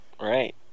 Right